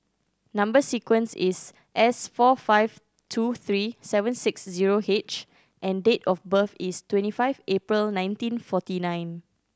number sequence is S four five two three seven six zero H and date of birth is twenty five April nineteen forty nine